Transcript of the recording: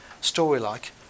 story-like